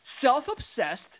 Self-obsessed